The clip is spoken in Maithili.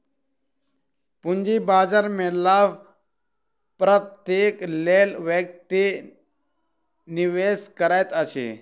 पूंजी बाजार में लाभ प्राप्तिक लेल व्यक्ति निवेश करैत अछि